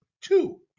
Two